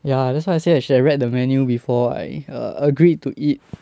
ya that's why I say I should've read the menu before I a~ agreed to eat